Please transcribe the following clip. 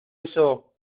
eso